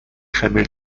خمیر